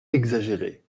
exagéré